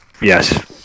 yes